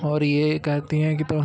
और यह कहतीं है कि तो